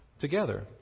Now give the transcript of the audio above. together